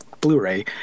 Blu-ray